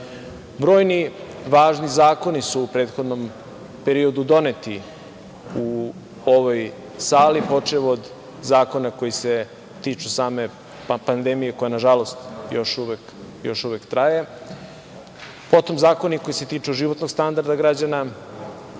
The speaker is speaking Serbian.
važni zakoni su u prethodnom periodu doneti u ovoj sali, počev od zakona koji se tiču same pandemije koja, nažalost, još uvek traje, potom zakoni koji se tiču životnog standarda građana